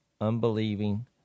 unbelieving